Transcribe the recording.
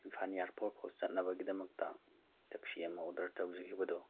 ꯏꯝꯐꯥꯜ ꯑꯦꯌꯥꯔꯄꯣꯠꯐꯥꯎ ꯆꯠꯅꯕꯒꯤꯗꯃꯛꯇ ꯇꯦꯛꯁꯤ ꯑꯃ ꯑꯣꯗꯔ ꯇꯧꯖꯈꯤꯕꯗꯨ